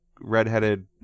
redheaded